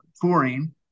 touring